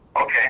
Okay